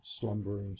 slumbering